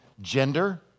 gender